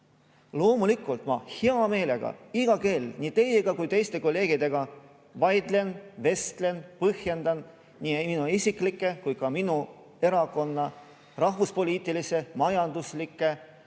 Loomulikult ma hea meelega iga kell nii teiega kui teiste kolleegidega vaidlen, vestlen, põhjendan nii oma isiklikke kui ka oma erakonna rahvuspoliitilisi, majanduslikke,